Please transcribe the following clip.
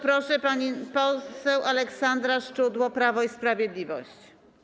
Bardzo proszę, pani poseł Aleksandra Szczudło, Prawo i Sprawiedliwość.